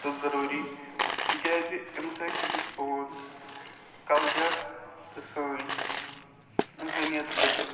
تہٕ ضٔروٗری تِکیٛازِ اَمہِ سۭتۍ ہیٚکہِ سون کلچر تہٕ سٲنۍ اِنسٲنِیت بٔچِتھ